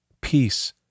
peace